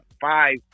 five